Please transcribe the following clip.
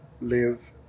live